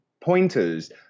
pointers